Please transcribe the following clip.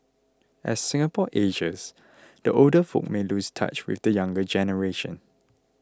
as Singapore ages the older folk may lose touch with the younger generation